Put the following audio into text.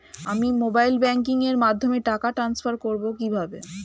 আমি mobile banking এর মাধ্যমে টাকা টান্সফার করব কিভাবে?